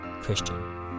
Christian